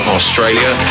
Australia